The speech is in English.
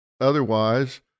otherwise